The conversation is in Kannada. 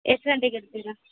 ಎಷ್ಟು ಗಂಟೆಗೆ ಇರ್ತೀರ